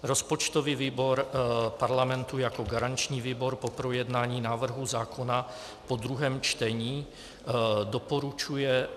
Rozpočtový výbor Parlamentu jako garanční výbor po projednání návrhu zákona po druhém čtení doporučuje